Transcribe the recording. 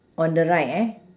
on the right eh